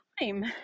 time